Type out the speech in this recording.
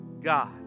God